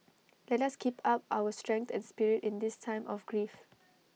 let us keep up our strength and spirit in this time of grief